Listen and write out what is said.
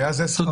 והיה זה שכרנו.